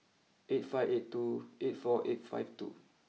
eight five eight two eight four five two